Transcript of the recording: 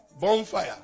Bonfire